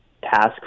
task